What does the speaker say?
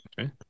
Okay